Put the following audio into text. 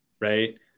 right